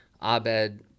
Abed